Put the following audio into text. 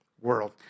world